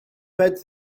met